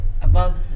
above-